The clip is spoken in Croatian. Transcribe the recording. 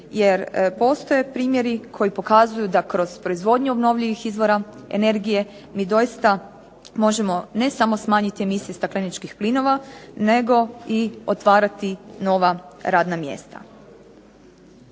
jer postoje primjeri koji pokazuju da kroz proizvodnju obnovljivih izvora energije mi doista možemo ne samo smanjiti emisije stakleničkih plinova nego i otvarati nova radna mjesta.